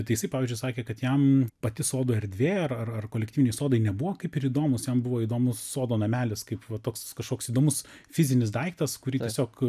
tai jisai pavyzdžiui sakė kad jam pati sodo erdvė ar ar ar kolektyviniai sodai nebuvo kaip ir įdomūs jam buvo įdomus sodo namelis kaip va toks kažkoks įdomus fizinis daiktas kurį tiesiog